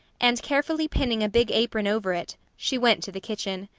and carefully pinning a big apron over it, she went to the kitchen.